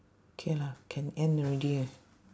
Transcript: K lah can end already eh